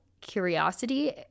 curiosity